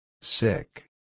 Sick